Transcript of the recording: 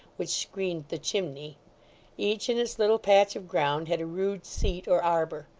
which screened the chimney each in its little patch of ground had a rude seat or arbour.